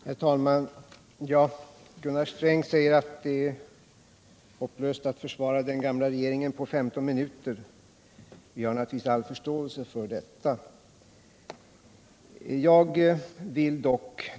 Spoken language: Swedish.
Herr talman! Gunnar Sträng säger att det är en hopplös uppgift att försvara den gamla regeringen på 15 minuter. Vi har naturligtvis all förståelse för det.